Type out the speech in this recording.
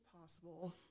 possible